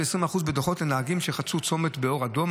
20% בדוחות לנהגים שחצו צומת באור אדום,